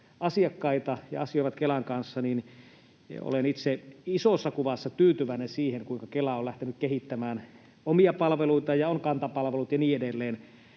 asiakkaita ja asioivat Kelan kanssa, olen itse isossa kuvassa tyytyväinen siihen, kuinka Kela on lähtenyt kehittämään omia palveluitaan, ja on Kanta-palvelut ja niin edelleen,